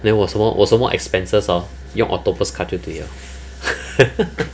then 我什么我什么 expenses hor 用 octopus card 就对了